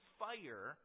fire